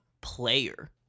player